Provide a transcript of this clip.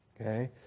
Okay